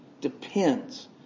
Depends